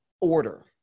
order